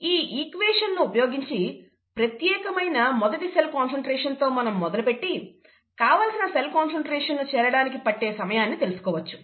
ఈ ఈక్వేషన్ ను ఉపయోగించి ప్రత్యేకమైన మొదటి సెల్ కాన్సన్ట్రేషన్ తో మొదలు పెట్టి కావలసిన సెల్ కాన్సన్ట్రేషన్ ను చేరడానికి పట్టే సమయాన్ని తెలుసుకోవచ్చు